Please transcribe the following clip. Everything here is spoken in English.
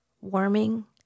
warming